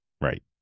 Right